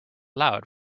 loud